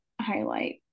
highlight